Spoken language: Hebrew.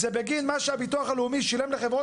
זה בגין מה שהביטוח הלאומי שילם לחברות